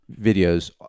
videos